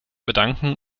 bedanken